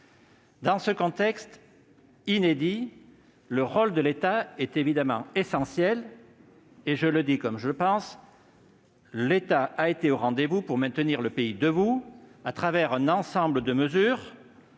Dans ce contexte inédit, le rôle de l'État est évidemment essentiel. Je le dis comme je le pense : l'État a été au rendez-vous pour maintenir le pays debout, grâce à un ensemble de mesures-